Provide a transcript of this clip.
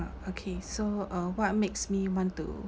uh okay so uh what makes me want to